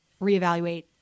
reevaluate